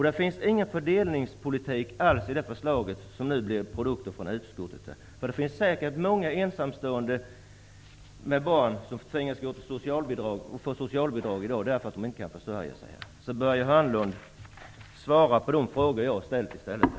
Det finns ingen fördelningspolitik alls i det förslag som nu blev produkten från utskottet. Det finns säkert många ensamstående med barn som tvingas söka socialbidrag i dag, därför att de inte kan försörja sig. Svara på de frågor jag ställde, Börje Hörnlund!